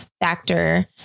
factor